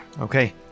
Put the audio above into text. Okay